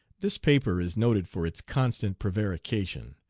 this paper is noted for its constant prevarication.